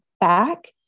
back